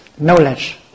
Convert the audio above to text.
knowledge